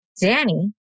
Danny